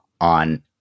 on